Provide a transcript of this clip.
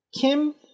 kim